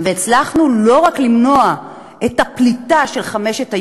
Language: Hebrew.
והצלחנו לא רק למנוע את הפליטה של חמשת היישובים,